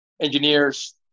engineers